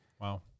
Wow